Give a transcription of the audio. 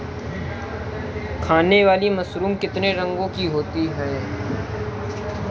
खाने वाली मशरूम कितने रंगों की होती है?